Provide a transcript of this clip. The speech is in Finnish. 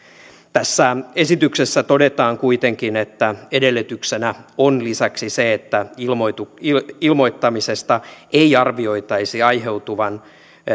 tässä esityksessä todetaan kuitenkin että edellytyksenä on lisäksi se että ilmoittamisesta ei arvioitaisi aiheutuvan